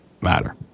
matter